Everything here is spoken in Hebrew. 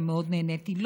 ומאוד נהניתי.